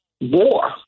war